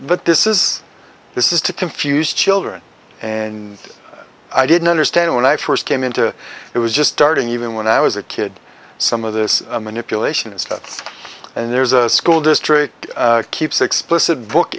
but this is this is to confuse children and i didn't understand when i first came into it was just starting even when i was a kid some of this manipulation is nuts and there's a school district keeps the explicit book